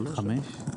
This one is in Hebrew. שלוש שנים?